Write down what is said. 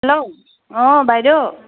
hello অঁ বাইদেউ